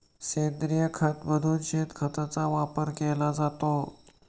सेंद्रिय खत म्हणून शेणखताचा वापर केला जातो